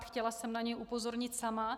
Chtěla jsem na něj upozornit sama.